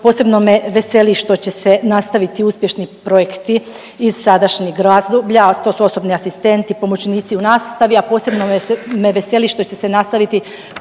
Posebno me veseli što će se nastaviti uspješni projekti iz sadašnjeg razdoblja, a to su osobni asistenti, pomoćnici u nastavi, a posebno me veseli što će se nastaviti